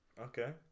Okay